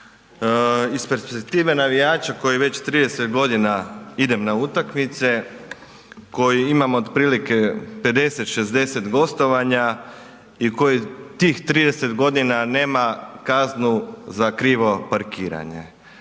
iz perspektive navijača koji već 30 godina idem na utakmice, koji imam otprilike 50, 60 gostovanja i koji tih 30 godina nema kaznu za krivo parkiranje.